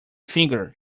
finger